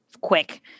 Quick